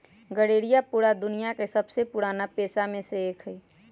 गरेड़िया पूरा दुनिया के सबसे पुराना पेशा में से एक हई